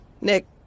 Nick